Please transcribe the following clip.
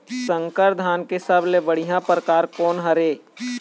संकर धान के सबले बढ़िया परकार कोन हर ये?